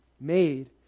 made